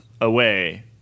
away